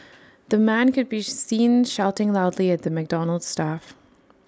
the man could be seen shouting loudly at the McDonald's staff